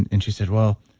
and and she said, well,